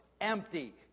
empty